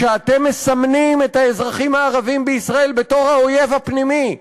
כשאתם מסמנים את האזרחים הערבים בישראל בתור האויב הפנימי.